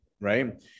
right